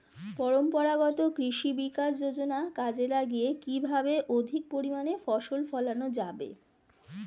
পরম্পরাগত কৃষি বিকাশ যোজনা কাজে লাগিয়ে কিভাবে অধিক পরিমাণে ফসল ফলানো যাবে?